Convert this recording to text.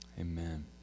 Amen